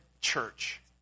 church